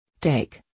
Take